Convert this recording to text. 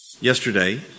Yesterday